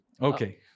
Okay